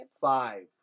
Five